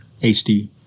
HD